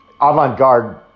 avant-garde